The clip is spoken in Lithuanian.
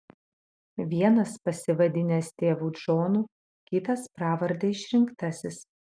vienas pasivadinęs tėvu džonu kitas pravarde išrinktasis